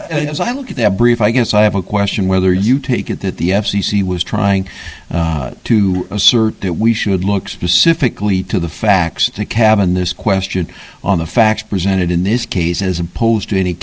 as i look at their brief i guess i have a question whether you take it that the f c c was trying to assert that we should look specifically to the facts in a cabin this question on the facts presented in this case as opposed to any